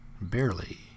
barely